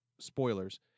Spoilers